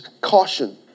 caution